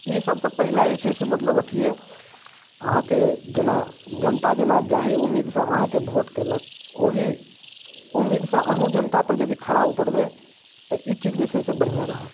ई सबसँ पहिला जे छै से मतलब अथी अइ अहाँकेँ जेना जनता जेना जाहि उम्मीदसँ अहाँकेँ भोट कयलक ओहि उम्मीदसँ अहुँ जनता पर यदि खरा उतरबै तऽ ई चीज जे छै से बढ़िआँ रहत